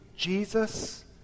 Jesus